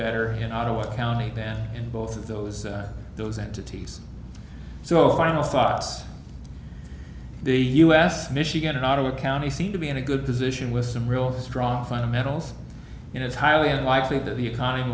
better in ottawa county than in both of those those entities so final thoughts the u s michigan auto county seemed to be in a good position with some real strong fundamentals and it's highly unlikely that the economy